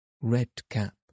Redcap